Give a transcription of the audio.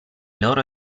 loro